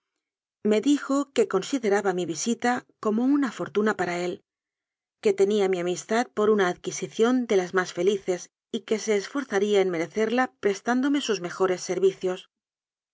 me dijo que consideraba mi vi sita como una fortuna para él que tenía mi amis tad por una adquisición de las más felices y que se esforzaría en merecerla prestándome sus mejo res servicios